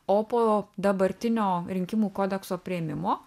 o po dabartinio rinkimų kodekso priėmimo